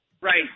Right